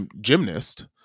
gymnast